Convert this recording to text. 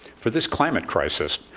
for this climate crisis,